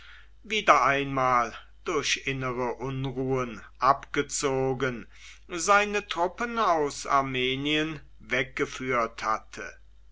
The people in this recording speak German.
wieder einmal durch innere unruhen abgezogen seine truppen aus armenien weggeführt hatte